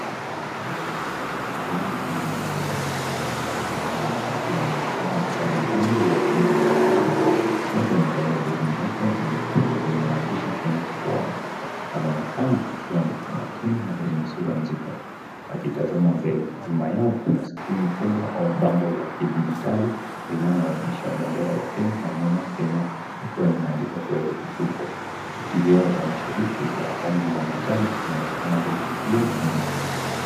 Tunaona timu ya wachezaji wa mpira wa kikapu wa kiume wakiwa wamejipanga mstari ndani ya ukumbi wa michezo. Wote wamevalia jezi nyeupe na nyekundu zenye maandishi Kenya kifuani. Wanaonekana wakiwa kwa makini na wenye sura nzito wakitazama mbele. Nyuma yao kuna screen kubwa au bango la kidigitali linaloonyesha bendera ya Kenya na neno Kenya likiwa limeandikwa kwa herufi kubwa. Viti vya mashabiki vya rangi ya manjano vinaonekana vimefifia nyuma.